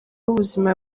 ubuzima